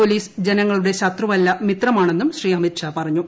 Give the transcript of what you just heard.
police ജനങ്ങളുടെ ശത്രുവല്ല മിത്രമാണെന്നും ശ്രീ അമിത്ഷാ പറഞ്ഞു